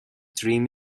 dream